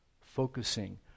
focusing